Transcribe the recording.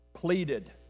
pleaded